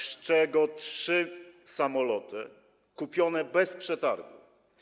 z czego trzy samoloty kupione bez przetargu.